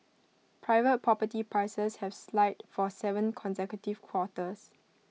private property prices have slide for Seven consecutive quarters